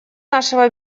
нашего